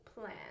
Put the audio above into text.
plan